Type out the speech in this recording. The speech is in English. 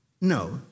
No